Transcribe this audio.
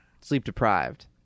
Sleep-deprived